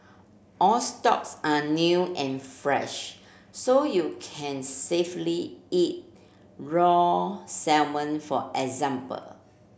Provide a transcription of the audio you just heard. all stocks are new and fresh so you can safely eat raw salmon for example